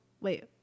Wait